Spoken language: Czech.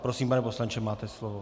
Prosím, pane poslanče, máte slovo.